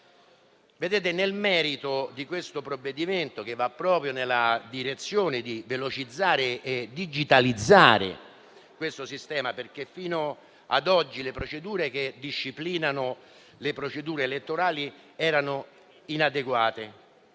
precedenti. Nel merito, il provvedimento in esame va proprio nella direzione di velocizzare e digitalizzare questo sistema, perché fino ad oggi le procedure che disciplinano i processi elettorali erano inadeguate.